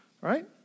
Right